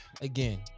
again